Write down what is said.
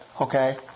okay